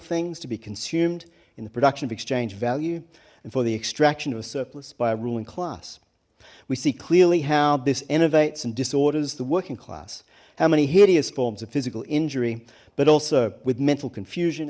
things to be consumed in the production of exchange value and for the extraction of a surplus by a ruling class we see clearly how this innovates and disorders the working class how many hideous forms of physical injury but also with mental confusion